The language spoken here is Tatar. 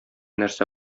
нәрсә